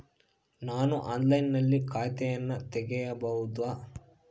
ನಾನು ಆನ್ಲೈನಿನಲ್ಲಿ ಖಾತೆಯನ್ನ ತೆಗೆಯಬಹುದಾ?